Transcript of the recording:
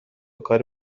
کاری